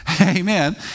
Amen